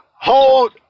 hold